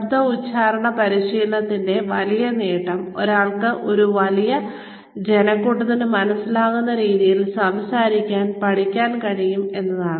ശബ്ദ ഉച്ചാരണ പരിശീലനത്തിന്റെ വലിയ നേട്ടം ഒരാൾക്ക് ഒരു വലിയ ജനക്കൂട്ടത്തിന് മനസ്സിലാകുന്ന രീതിയിൽ സംസാരിക്കാൻ പഠിക്കാൻ കഴിയും എന്നതാണ്